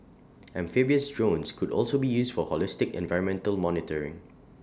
amphibious drones could also be used for holistic environmental monitoring